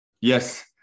Yes